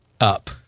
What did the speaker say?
up